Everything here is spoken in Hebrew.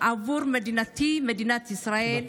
עבור מדינתי, מדינת ישראל,